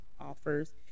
offers